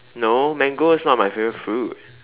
no mango is not my favourite fruit